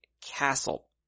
castle